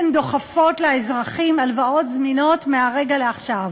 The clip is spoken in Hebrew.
דוחפים לאזרחים הלוואות זמינות מהרגע לעכשיו.